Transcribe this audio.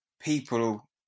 people